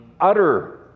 utter